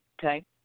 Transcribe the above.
okay